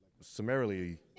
summarily